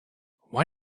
why